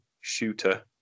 Shooter